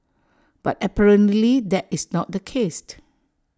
but apparently that is not the case